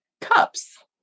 cups